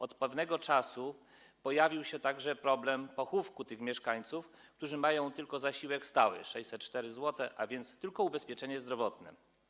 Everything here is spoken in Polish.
Od pewnego czasu pojawia się także problem pochówku mieszkańców, którzy mają tylko zasiłek stały, 604 zł, a więc tylko ubezpieczenie zdrowotne.